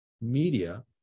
media